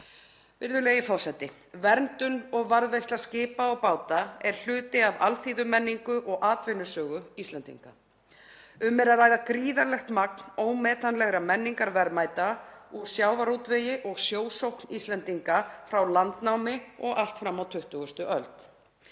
Virðulegi forseti. Verndun og varðveisla skipa og báta er hluti af alþýðumenningu og atvinnusögu Íslendinga. Um er að ræða gríðarlegt magn ómetanlegra menningarverðmæta úr sjávarútvegi og sjósókn Íslendinga frá landnámi og allt fram á 20. öld.